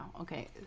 okay